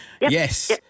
Yes